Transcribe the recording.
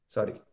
Sorry